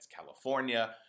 California